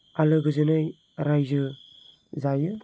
आलो गोजोनै रायजो जायो